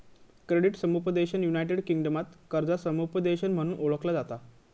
credit समुपदेशन united किंगडमात कर्जा समुपदेशन म्हणून ओळखला जाता